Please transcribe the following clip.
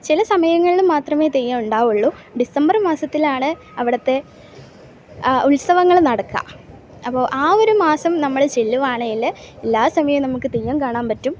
ചില സമയങ്ങളിൽ മാത്രമേ തെയ്യം ഉണ്ടാവുള്ളു ഡിസംബറ് മാസത്തിലാണ് അവിടത്തെ ഉത്സവങ്ങൾ നടക്കുക അപ്പോൾ ആ ഒരു മാസം നമ്മൾ ചെല്ലുവാണേൽ എല്ലാ സമയം നമുക്ക് തെയ്യം കാണാൻ പറ്റും